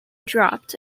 dropped